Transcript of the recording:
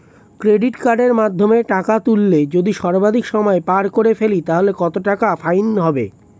Credit কার্ডের মাধ্যমে টাকা তুললে যদি সর্বাধিক সময় পার করে ফেলি তাহলে কত টাকা ফাইন হবে?